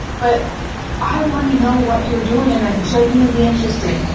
but i want to know what you're doing and i'm genuinely interested.